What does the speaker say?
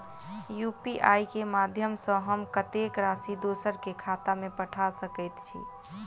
UPI केँ माध्यम सँ हम कत्तेक राशि दोसर केँ खाता मे पठा सकैत छी?